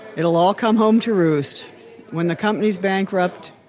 it'll all come home to roost when the company is bankrupt.